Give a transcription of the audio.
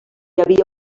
havia